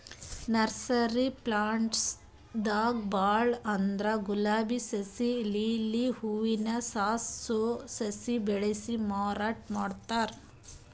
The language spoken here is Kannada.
ನರ್ಸರಿ ಪ್ಲಾಂಟ್ಸ್ ದಾಗ್ ಭಾಳ್ ಅಂದ್ರ ಗುಲಾಬಿ ಸಸಿ, ಲಿಲ್ಲಿ ಹೂವಿನ ಸಾಸ್, ಶೋ ಸಸಿ ಬೆಳಸಿ ಮಾರಾಟ್ ಮಾಡ್ತಾರ್